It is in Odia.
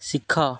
ଶିଖ